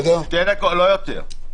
שתי דקות, לא יותר.